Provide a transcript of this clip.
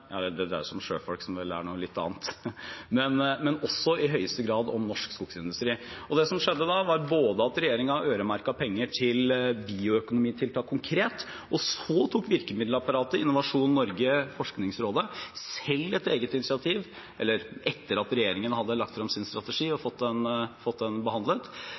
det dreide seg om sjøfolk, som vel er noe litt annet – men også i høyeste grad om norsk skogindustri. Det som skjedde da, var at regjeringen øremerket penger til bioøkonomitiltak konkret, og så tok virkemiddelapparatet ved Innovasjon Norge og Forskningsrådet selv et eget initiativ – etter at regjeringen hadde lagt fram sin strategi og fått den behandlet